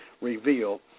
reveal